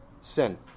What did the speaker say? Sin